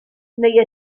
neu